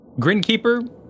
Grinkeeper